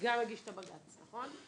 וגם הגיש את הבג"ץ, נכון?